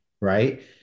Right